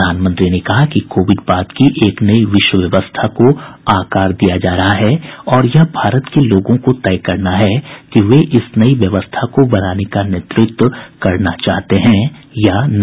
प्रधानमंत्री ने कहा कि कोविड बाद की एक नई विश्व व्यवस्था को आकार दिया जा रहा है और यह भारत के लोगों को तय करना है कि वे इस नई व्यवस्था को बनाने का नेतृत्व करना चाहते हैं या नहीं